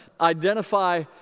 identify